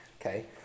Okay